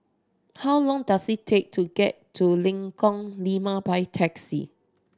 how long does it take to get to Lengkong Lima by taxi